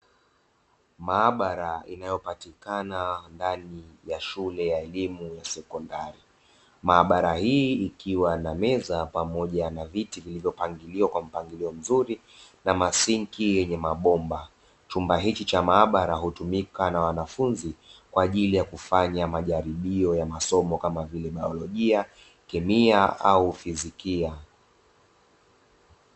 Maabara inayopatikana ndani ya shule ya elimu ya sekondari, maabara hii ikiwa na meza pamoja na viti vilivyopangiliwa kwa mpangilio mzuri na masinki yenye mabomba, chumba hiki cha maabara hutumika na wanafunzi kwa ajili ya kufanya majaribio ya masomo kama vile biolojia, kemia, au fizikia.